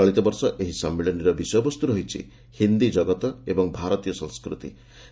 ଚଳିତବର୍ଷ ଏହି ସମ୍ମିଳନୀର ବିଷୟବସ୍ତୁ ରହିଛି ' ହିନ୍ଦୀ ଜଗତ ଏବଂ ଭାରତୀୟ ସଂସ୍କୃତି'